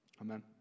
amen